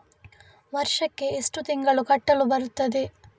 ವರ್ಷಕ್ಕೆ ಎಷ್ಟು ತಿಂಗಳು ಕಟ್ಟಲು ಬರುತ್ತದೆ?